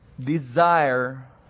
desire